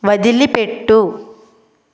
వదిలిపెట్టు